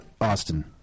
Austin